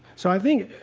so i think